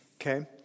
okay